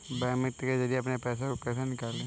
Bank मित्र के जरिए अपने पैसे को कैसे निकालें?